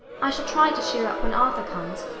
i shall try to cheer up when arthur comes,